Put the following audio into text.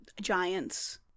giants